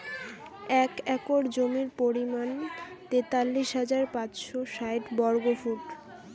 এক একর জমির পরিমাণ তেতাল্লিশ হাজার পাঁচশ ষাইট বর্গফুট